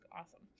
awesome